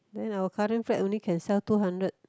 then our current flat only can sell two hundred